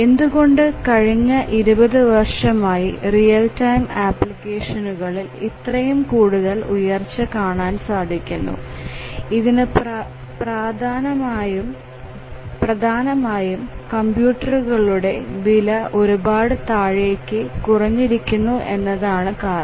എന്തുകൊണ്ട് കഴിഞ്ഞ ഇരുപത് വർഷമായി റിയൽ ടൈം ആപ്ലിക്കേഷനുകളിൽ ഇത്രയും കൂടുതൽ ഉയർച്ച കാണാൻ സാധിക്കുന്നു ഇതിനു പ്രധാനമായും കമ്പ്യൂട്ടറുകളുടെ വില ഒരുപാട് താഴേക്ക് കുറഞ്ഞിരിക്കുന്നു എന്നതാണ് കാരണം